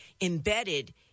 embedded